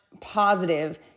positive